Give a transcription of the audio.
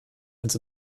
uns